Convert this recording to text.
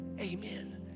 amen